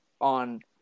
on